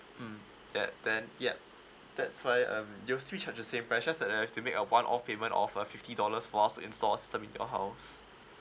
mm yeah then yup that's why um you'll still charge with the same price just that you have to make a one off payment of a fifty dollars for us to install them in your house